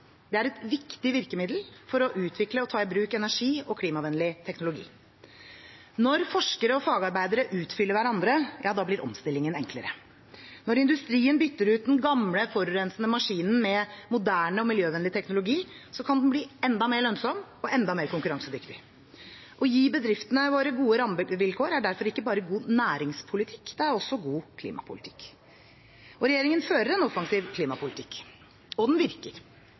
Det er et viktig virkemiddel for å utvikle og ta i bruk energi- og klimavennlig teknologi. Når forskere og fagarbeidere utfyller hverandre, blir omstillingen enklere. Når industrien bytter ut den gamle, forurensende maskinen med moderne og miljøvennlig teknologi, kan den bli enda mer lønnsom og enda mer konkurransedyktig. Å gi bedriftene våre gode rammevilkår er derfor ikke bare god næringspolitikk, det er også god klimapolitikk. Regjeringen fører en offensiv klimapolitikk, og den virker.